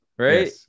Right